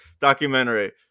documentary